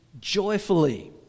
joyfully